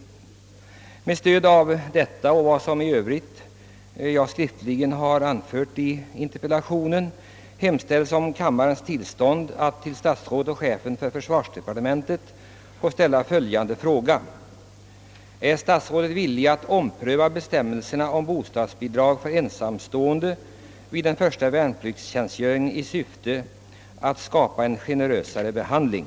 Den synnerligen restriktiva behandlingen och möjligheterna till olika tolkningar av bestämmelserna torde kunna motivera en översyn av tillämpningsföreskrifterna, så att generösare tolkning möjliggörs. Med stöd av det anförda hemställes om kammarens tillstånd att till statsrådet och chefen för försvarsdepartementet ställa följande fråga: Är statsrådet villig att ompröva bestämmelserna om bostadsbidrag för ensamstående vid den första värnpliktstjänstgöringen i syfte att skapa en generösare behandling?